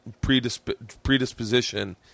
predisposition